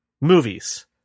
movies